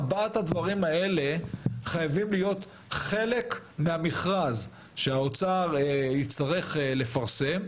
ארבעת הדברים הללו חייבים להיות חלק מהמכרז שהאוצר יצטרך לפרסם,